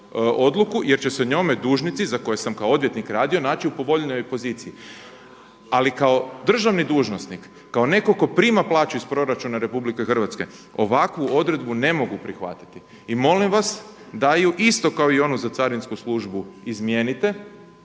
odluku jer će se njome dužnici za koje sam kao odvjetnik radio naći u povoljnijoj poziciji. Ali kao državni dužnosnik, kao netko tko prima plaću iz proračuna Republike Hrvatske ovakvu odredbu ne mogu prihvatiti i molim vas da ju isto kao i onu za carinsku službu izmijenite